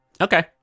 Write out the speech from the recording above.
Okay